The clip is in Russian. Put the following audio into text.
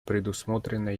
предусмотрено